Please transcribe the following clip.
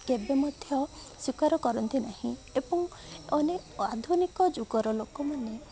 କେବେ ମଧ୍ୟ ସ୍ୱୀକାର କରନ୍ତି ନାହିଁ ଏବଂ ଅନେକ ଆଧୁନିକ ଯୁଗର ଲୋକମାନେ